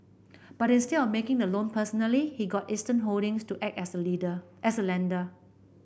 but instead of of making the loan personally he got Eastern Holdings to act as the leader as the lender